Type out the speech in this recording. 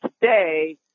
today